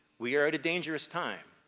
we are at a dangerous time.